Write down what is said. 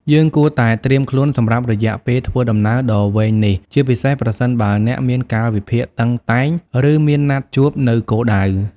យើងគួរតែត្រៀមខ្លួនសម្រាប់រយៈពេលធ្វើដំណើរដ៏វែងនេះ ជាពិសេសប្រសិនបើអ្នកមានកាលវិភាគតឹងតែង ឬមានណាត់ជួបនៅគោលដៅ។